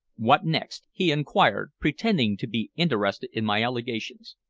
what next? he inquired, pretending to be interested in my allegations.